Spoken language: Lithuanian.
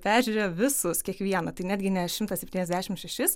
peržiūrėjo visus kiekvieną tai netgi ne šimtą septyniasdešim šešis